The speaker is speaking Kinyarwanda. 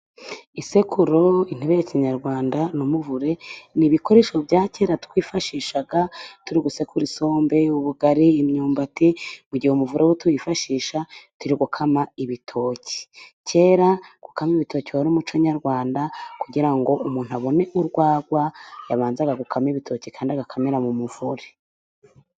Isekururo, intebe ya kinyarwanda n'umuvure ni ibikoresho bya kera twifashishaga turi gusekura isombe, ubugari, imyumbati. Mu gihe umuvure wo tuwifashisha turi gukama ibitoki, kera gukamo ibitoki wari umuco nyarwanda kugira ngo umuntu abone urwagwa, yabanzaga gukama ibitoki kandi agakamira mu muvure.